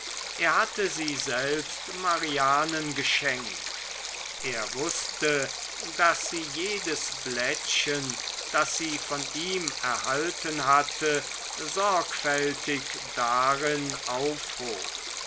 er hatte sie selbst marianen geschenkt er wußte daß sie jedes blättchen das sie von ihm erhalten hatte sorgfältig darin aufhob